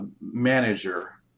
manager